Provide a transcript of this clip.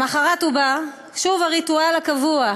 למחרת הוא בא, שוב, הריטואל הקבוע: